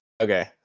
Okay